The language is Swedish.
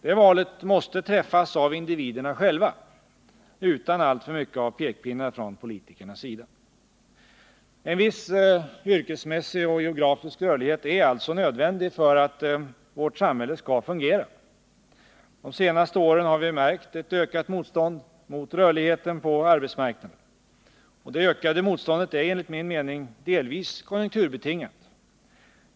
Det valet måste träffas av individerna själva utan alltför mycket av pekpinnar från politikernas sida. En viss yrkesmässig och geografisk rörlighet är alltså nödvändig för att vårt samhälle skall fungera. De senaste åren har vi märkt ett ökat motstånd mot rörligheten på arbetsmarknaden. Det ökade motståndet är enligt min mening delvis konjunkturbetingat.